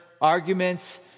arguments